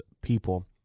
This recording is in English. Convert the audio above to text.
people